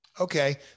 okay